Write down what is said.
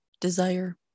desire